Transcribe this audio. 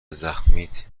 زخمتی